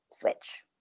switch